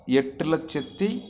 எட்டு லட்சத்து